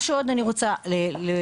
מה שעוד אני רוצה להגיד,